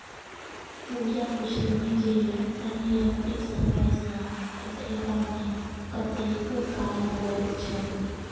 पूजा पूछलनि जे एन.ई.एफ.टी सँ पैसा पठेबामे कतेक काल लगैत छै